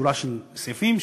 שורה של סעיפים,